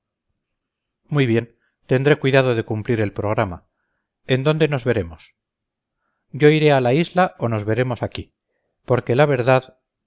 muy bien tendré cuidado de cumplir el programa en dónde nos veremos yo iré a la isla o nos veremos aquí aunque la verdad